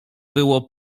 było